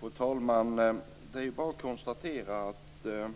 Fru talman! Det är bara att konstatera att det